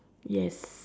yes